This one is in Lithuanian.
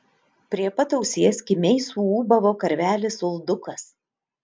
prie pat ausies kimiai suūbavo karvelis uldukas